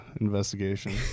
investigation